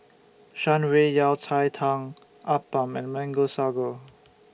Shan Rui Yao Cai Tang Appam and Mango Sago